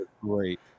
Great